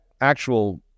actual